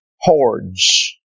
hordes